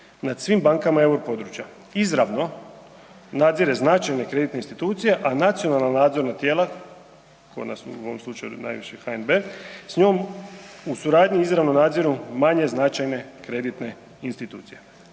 nad svim bankama eu područja. Izravno nadzire značajne kreditne institucije, a nacionalna nadzorna tijela, kod nas u ovom slučaju najviše HNB, s njom u suradnji izravno nadziru manje značajne kreditne institucije.